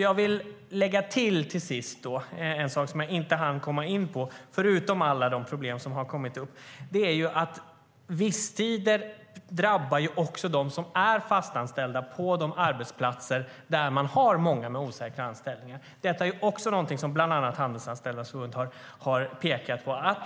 Jag vill till sist lägga till en sak som jag inte hann komma in på förutom alla de problem som har kommit upp. Visstider drabbar också dem som är fastanställda på de arbetsplatser där man har många med osäkra anställningar. Detta är också någonting som bland annat Handelsanställdas förbund har pekat på.